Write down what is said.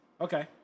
Okay